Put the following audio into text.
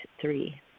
three